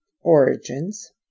Origins